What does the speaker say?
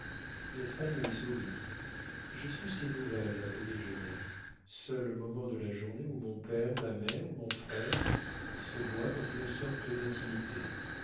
l'espagne lui sourit j'ai su ces nouvelles au déjeuner seul moment de la journée où mon père ma mère mon frère se voient dans une sorte d'intimité